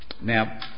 Now